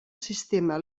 sistema